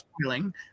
spoiling